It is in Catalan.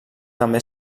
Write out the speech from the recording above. també